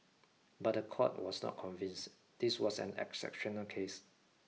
but the court was not convinced this was an exceptional case